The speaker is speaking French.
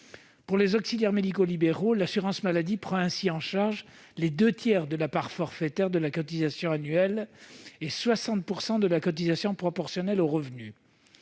Pour les auxiliaires médicaux libéraux, l'assurance maladie prend ainsi en charge les deux tiers de la part forfaitaire de la cotisation annuelle et 60 % de la cotisation proportionnelle aux revenus.